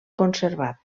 conservat